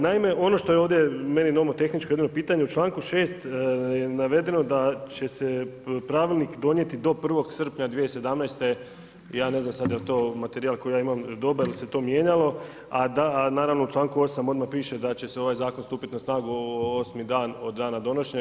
Naime, ono što je ovdje meni nomotehnički jedno pitanje, u članku 6. je navedeno da će se pravilnik donijeti do 1. srpnja 2017. ja ne znam jel to sada materijal koji ja imam dobar ili se to mijenjalo, a naravno u članku 8. odmah piše da će se ovaj zakon stupiti na snagu osim dana od dana donošenje.